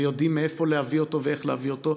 ויודעים מאיפה להביא אותו ואיך להביא אותו,